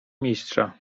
mistrza